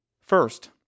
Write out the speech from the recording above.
First